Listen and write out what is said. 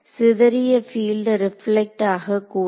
சிதறிய field reflect ஆகக்கூடாது